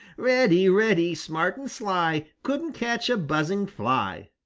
reddy, reddy, smart and sly, couldn't catch a buzzing fly!